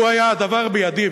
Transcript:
לו היה הדבר בידי,